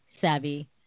savvy